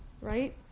right